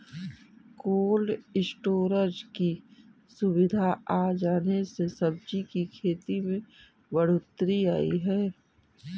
cold storage की सुविधा आ जाने से सब्जी की खेती में बढ़ोत्तरी आई है